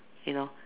you know